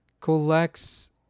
collects